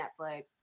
Netflix